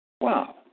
Wow